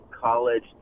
college